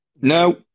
No